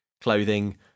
clothing